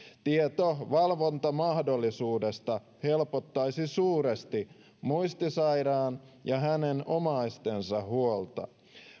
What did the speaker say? tieto valvontamahdollisuudesta helpottaisi suuresti muistisairaan ja hänen omaistensa huolta